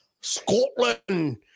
Scotland